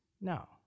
No